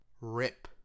RIP